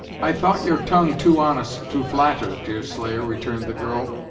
i thought your tongue too honest to flatter, deerslayer, returned the girl,